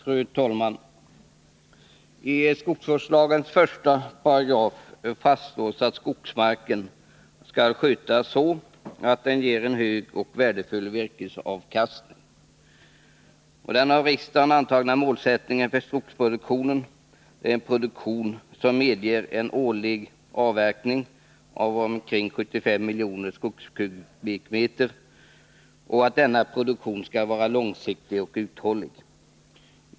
Fru talman! I skogsvårdslagens 1 § fastslås att skogsmarken skall skötas så, att den ger en hög och värdefull virkesavkastning. Och enligt den av riksdagen antagna målsättningen för skogsproduktionen skall denna produktion medge en årlig avverkning på omkring 75 miljoner skogskubikmeter samt vara långsiktig och uthållig.